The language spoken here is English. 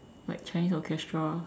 like Chinese orchestra